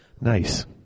Nice